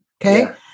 Okay